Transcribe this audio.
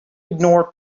ignore